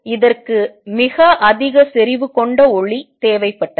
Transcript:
இதற்கு மிக அதிக செறிவு கொண்ட ஒளி தேவைப்பட்டது